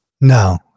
No